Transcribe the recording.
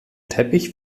teppich